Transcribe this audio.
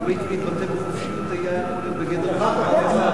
מתבטא בחופשיות זה היה בגדר צנעת הפרט.